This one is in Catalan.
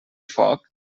foc